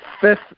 fifth